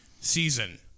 season